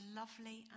lovely